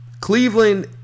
Cleveland